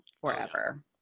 forever